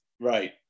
right